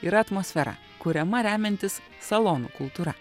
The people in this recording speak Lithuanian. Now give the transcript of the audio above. yra atmosfera kuriama remiantis salonų kultūra